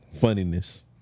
Funniness